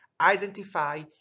identify